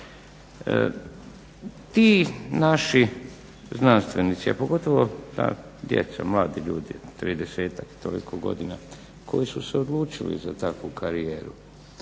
Ti naši znanstvenici, a pogotovo ta djeca, mladi ljudi tridesetak i toliko godina koji su se odlučili za takvu karijeru